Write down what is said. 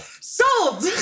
Sold